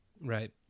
Right